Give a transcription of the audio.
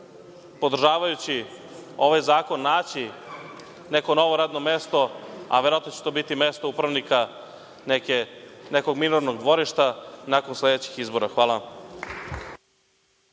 podržavajući ovaj zakon naći neko novo radno mesto, a verovatno će to biti mesto upravnika nekog minornog dvorišta nakon sledećih izbora. Hvala